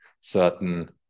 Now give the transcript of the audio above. certain